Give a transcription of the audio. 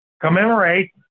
commemorate